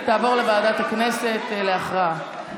היא תעבור לוועדת הכנסת להכרעה.